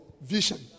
vision